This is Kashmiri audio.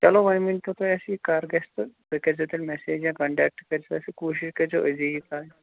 چلو وۅنۍ ؤنۍتَو تُہۍ اَسہِ یہِ کَر گَژھِ تہٕ تُہۍ کٔرۍزیٚو تیٚلہِ میٚسیج یا کَنٹیکٹ کٔرۍزیٚو اَسہِ کوٗشِش کٔرۍزیٚو أزی یہِ کَرٕنۍ